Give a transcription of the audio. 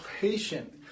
patient